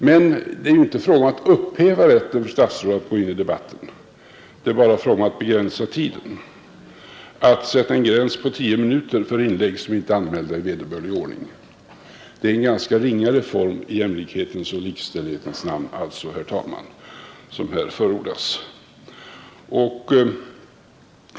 Men det är dessutom i detta sammanhang inte fråga om att upphäva rätten för sta tiden för statsrådens anföranden till tio minuter, om dessa inte är anmälda i vederbörlig ordning. Det är alltså, herr talman, en ganska ringa reform i jämlikhetens och likställighetens namn som här förordas.